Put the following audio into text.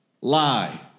lie